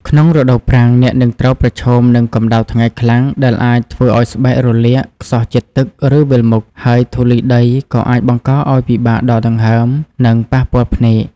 ក្នុងរដូវប្រាំង អ្នកនឹងត្រូវប្រឈមនឹង កម្ដៅថ្ងៃខ្លាំង ដែលអាចធ្វើឱ្យស្បែករលាក ខ្សោះជាតិទឹក ឬវិលមុខ ហើយធូលីដីក៏អាចបង្កឱ្យពិបាកដកដង្ហើម និងប៉ះពាល់ភ្នែក។